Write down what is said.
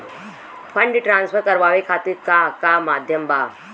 Fund transfer करवाये खातीर का का माध्यम बा?